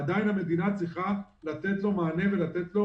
עדיין המדינה צריכה לתת לו מענה ולתת לו